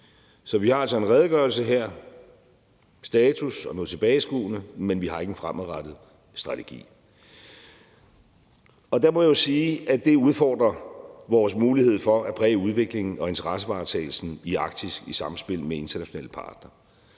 Så vi har altså en redegørelse her med en status og noget tilbageskuende, men vi har ikke en fremadrettet strategi. Der må jeg jo sige, at det udfordrer vores mulighed for at præge udviklingen og interessevaretagelsen i Arktis i samspil med internationale partnere,